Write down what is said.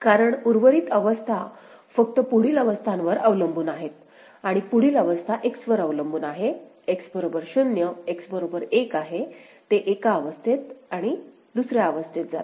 कारण उर्वरित अवस्था फक्त पुढील अवस्थांवर अवलंबून आहेत आणि पुढील अवस्था X वर अवलंबून आहे X बरोबर 0 X बरोबर 1 आहे ते एका अवस्थेत किंवा दुसर्या अवस्थेत जाते